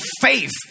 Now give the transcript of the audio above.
faith